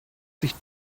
sich